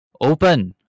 Open